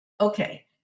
Okay